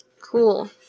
Cool